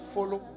Follow